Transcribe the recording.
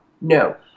no